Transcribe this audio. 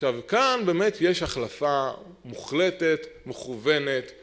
טוב, כאן באמת יש החלפה מוחלטת, מכוונת,